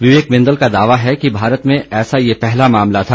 विवेक बिंदल का दावा है कि भारत में ऐसा ये पहला मामला था